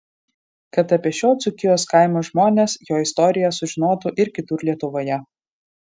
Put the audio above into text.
kad apie šio dzūkijos kaimo žmones jo istoriją sužinotų ir kitur lietuvoje